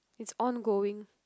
it's ongoing